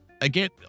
again